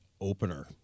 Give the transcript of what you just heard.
opener